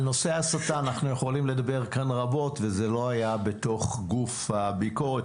על נושא ההסתה אנחנו יכולים לדבר כאן רבות וזה לא היה בתוך גוף הביקורת.